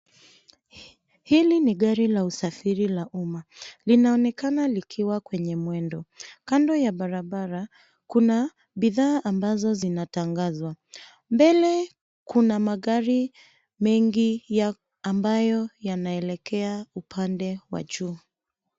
Hili ni gari la usafiri la umma. Linaonekana likiwa kwenye mwendo. Kando ya barabara, kuna bidhaa ambazo zinatangazwa. Mbele kuna magari mengi ambayo yanaelekea upande wa juu.